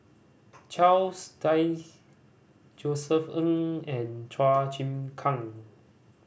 Charles Dyce Josef Ng and Chua Chim Kang